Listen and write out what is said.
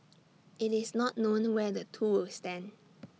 IT is not known where the two will stand